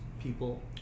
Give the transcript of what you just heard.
people